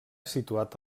situat